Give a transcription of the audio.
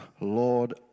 Lord